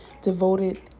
devoted